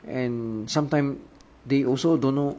and sometime they also don't know